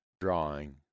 drawing